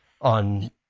on